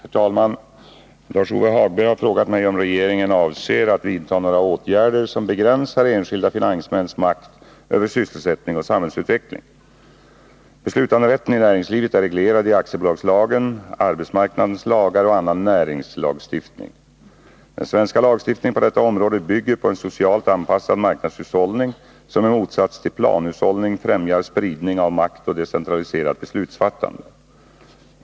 Herr talman! Lars-Ove Hagberg har frågat mig om regeringen avser att vidta några åtgärder som begränsar enskilda finansmäns makt över sysselsättning och samhällsutveckling. Beslutanderätten i näringslivet är reglerad i aktiebolagslagen, arbetsmarknadens lagar och annan näringslagstiftning. Den svenska lagstiftningen på detta område bygger på en socialt anpassad marknadshushållning, som i motsats till planhushållning främjar spridning av makt och decentraliserat beslutsfattande.